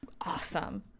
awesome